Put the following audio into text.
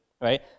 right